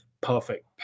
perfect